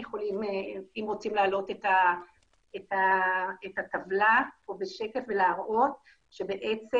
אם רוצים להעלות את הטבלה פה בשקף ולהראות שבעצם